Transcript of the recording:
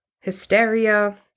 hysteria